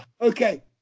Okay